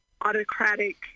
autocratic